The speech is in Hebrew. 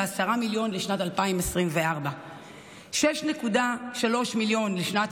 ו-10 מיליון לשנת 2024. 6.3 מיליון לשנת